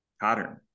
pattern